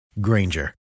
Granger